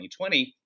2020